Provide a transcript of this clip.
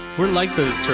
we're like